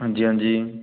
ਹਾਂਜੀ ਹਾਂਜੀ